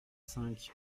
cinq